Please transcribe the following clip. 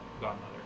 godmother